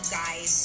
guys